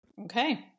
Okay